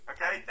Okay